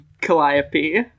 Calliope